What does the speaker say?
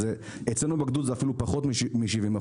אצלנו בגדוד זה אפילו פחות מ-70%,